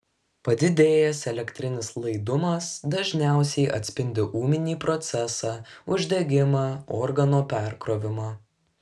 padidėjęs elektrinis laidumas dažniausiai atspindi ūminį procesą uždegimą organo perkrovimą